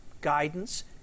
guidance